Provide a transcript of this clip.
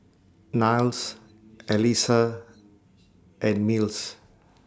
Niles Elissa and Mills